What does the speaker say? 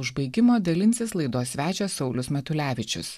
užbaigimo dalinsis laidos svečias saulius matulevičius